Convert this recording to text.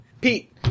Pete